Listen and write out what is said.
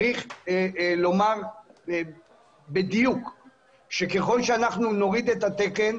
צריך לומר בדיוק שככל שאנחנו נוריד את התקן,